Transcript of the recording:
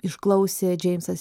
išklausė džeimsas